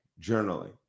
journaling